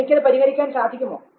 എനിക്കത് പരിഹരിക്കാൻ സാധിക്കുമോ